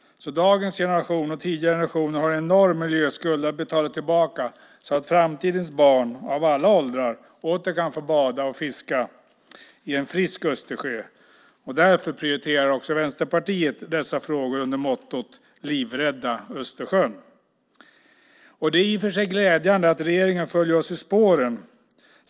Dagens generation och tidigare generationer har en enorm miljöskuld att betala tillbaka så att framtidens barn - av alla åldrar - åter kan få bada och fiska i en frisk Östersjö. Därför prioriterar också Vänsterpartiet dessa frågor under mottot Livrädda Östersjön. Det är i och för sig glädjande att regeringen följer oss i spåren.